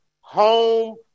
Home